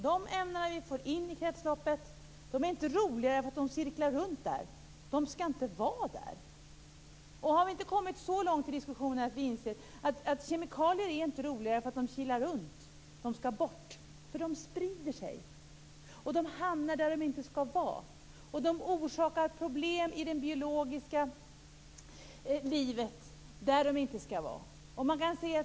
De ämnen som vi får in i kretsloppet är inte roligare därför att de cirklar runt där. De skall inte vara där! Har vi inte kommit så långt i diskussionen att vi inser att kemikalier inte är roligare därför att de kilar runt? De skall bort, för de sprider sig och hamnar där de inte skall vara. De orsakar problem i det biologiska livet, där de inte skall vara.